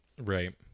Right